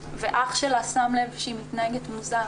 ואח שלה שם לב שהיא מתנהגת מוזר,